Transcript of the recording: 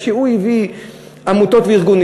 כשהוא הביא עמותות וארגונים